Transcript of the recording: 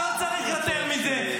לא צריך יותר מזה.